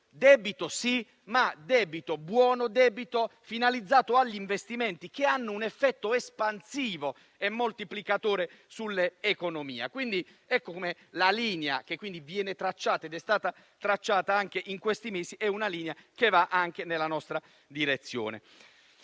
debito sì, ma debito buono e finalizzato agli investimenti che hanno un effetto espansivo e moltiplicatore sull'economia. La linea che viene tracciata e che è stata tracciata in questi mesi va anche nella nostra direzione.